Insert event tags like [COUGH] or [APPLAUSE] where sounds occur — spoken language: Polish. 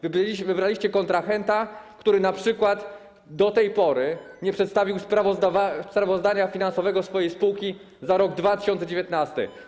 Wybraliście kontrahenta, który np. do tej pory [NOISE] nie przedstawił sprawozdania finansowego swojej spółki za rok 2019.